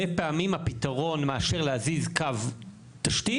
פעמים הפתרון העדיף מאשר להזיז קו תשתית,